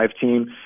team